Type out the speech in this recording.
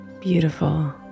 beautiful